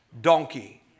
donkey